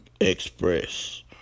express